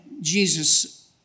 Jesus